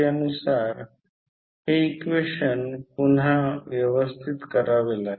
तर जर असे घेतले तर i1 i2 यामधून वाहते कारण असे घेतले आहे